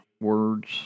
words